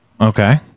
okay